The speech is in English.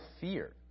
fear